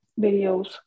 videos